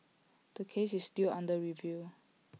the case is still under review